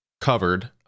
covered